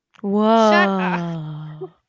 Whoa